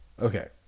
Okay